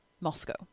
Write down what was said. Moscow